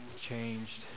changed